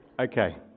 Okay